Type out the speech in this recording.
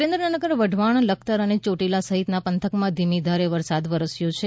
સુરેન્દ્રનગર વઢવાણ લખતર ચોટીલા સહિતના પંથકમાં ધીમીધારે વરસાદ વરસ્યો છે